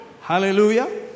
Hallelujah